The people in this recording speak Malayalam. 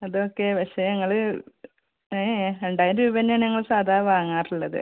അതോക്കെ പക്ഷേ ഞങ്ങൾ രണ്ടായിരം രൂപെന്നേണ് ഞങ്ങൾ സാധാരണ വാങ്ങാറുള്ളത്